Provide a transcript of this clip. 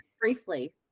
briefly